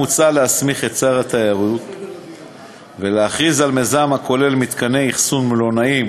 מוצע להסמיך את שר התיירות ולהכריז על מיזם הכולל מתקני אכסון מלונאיים